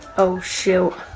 oh shoot.